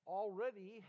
already